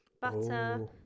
Butter